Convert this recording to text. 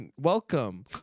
welcome